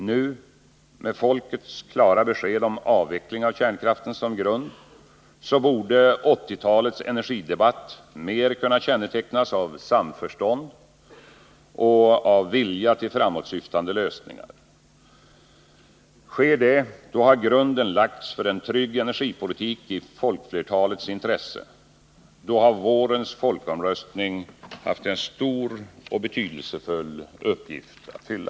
Nu, med folkets klara besked om avveckling av kärnkraften som grund, borde 1980-talets energidebatt mer kunna kännetecknas av samförstånd och vilja till framåtsyftande lösningar. Sker det, då har grunden lagts för en trygg energipolitik i folkflertalets intresse. Då har vårens folkomröstning haft en stor och betydelsefull uppgift att fylla.